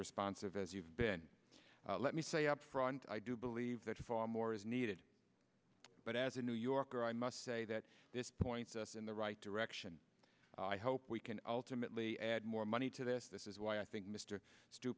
responsive as you've been let me say upfront i do believe that far more is needed but as a new yorker i must say that this points us in the right direction i hope we can ultimately add more money to this this is why i think mr st